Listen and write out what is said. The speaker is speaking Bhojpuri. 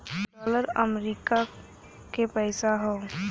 डॉलर अमरीका के पइसा हौ